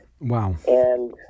Wow